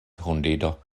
hundido